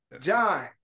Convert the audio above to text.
John